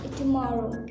tomorrow